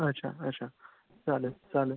अच्छा अच्छा चालेल चालेल